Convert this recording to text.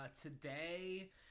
Today